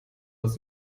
aus